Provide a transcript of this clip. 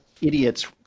idiots